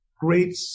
great